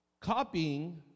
Copying